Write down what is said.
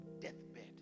deathbed